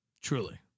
truly